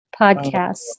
podcast